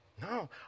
No